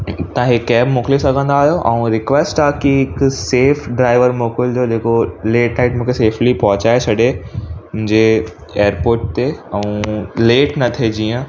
तव्हां इहा कैब मोकिले सघंदा आहियो ऐं रिक्वेस्ट आहे की हिकु सेफ ड्राइवर मोकिलिजो जेको लेट नाइट मूंखे सेफली पहुचाए छॾे मुंजे एयरपोट ते ऐं लेट न थिए जीअं